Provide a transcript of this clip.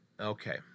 Okay